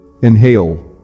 Inhale